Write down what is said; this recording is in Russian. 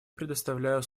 предоставляю